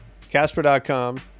casper.com